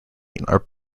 are